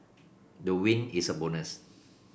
the win is a bonus